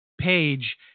page